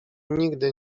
nigdy